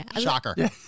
shocker